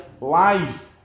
lies